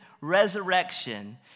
resurrection